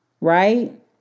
right